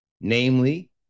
namely